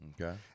Okay